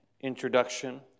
introduction